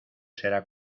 será